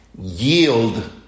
yield